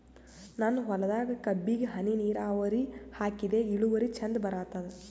ನನ್ನ ಹೊಲದಾಗ ಕಬ್ಬಿಗಿ ಹನಿ ನಿರಾವರಿಹಾಕಿದೆ ಇಳುವರಿ ಚಂದ ಬರತ್ತಾದ?